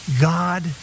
God